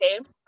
okay